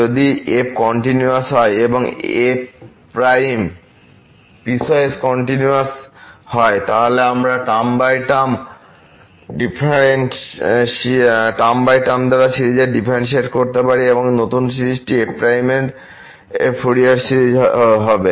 যদি f continuous হয় এবং f পিসওয়াইস কন্টিনিউয়াস হয় তাহলে আমরা টার্ম বাই টার্ম দ্বারা সিরিজের ডিফারেন্শিয়েট করতে পারি এবং যে নতুন সিরিজটি f এর ফুরিয়ার সিরিজ হবে